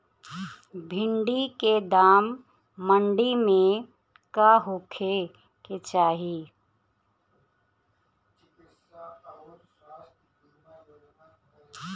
भिन्डी के दाम मंडी मे का होखे के चाही?